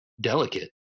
delicate